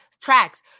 tracks